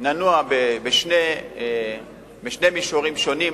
ננוע בשני מישורים שונים,